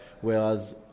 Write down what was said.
whereas